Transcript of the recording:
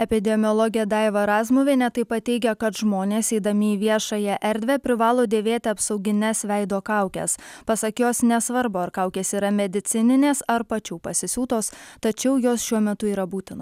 epidemiologė daiva razmuvienė taip pat teigia kad žmonės eidami į viešąją erdvę privalo dėvėti apsaugines veido kaukes pasak jos nesvarbu ar kaukės yra medicininės ar pačių pasisiūtos tačiau jos šiuo metu yra būtina